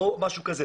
או משהו כזה.